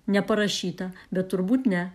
neparašyta bet turbūt ne